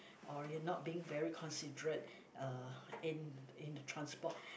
or you're not being very considerate uh in in the transport